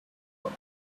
book